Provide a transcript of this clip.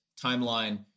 timeline